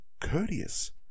courteous